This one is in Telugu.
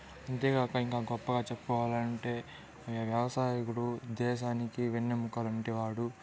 అంతేకాక ఇంకా గొప్పగా చెప్పుకోవాలంటే ఈ వ్యవసాయకుడు దేశానికి వెన్నెముక వంటి వాడు